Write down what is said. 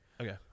Okay